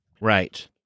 Right